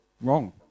wrong